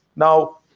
now,